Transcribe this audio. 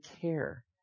care